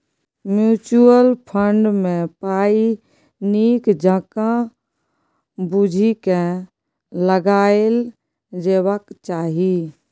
mutual fund मे पाइ नीक जकाँ बुझि केँ लगाएल जेबाक चाही